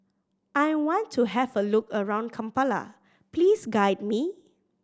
I want to have a look around Kampala please guide me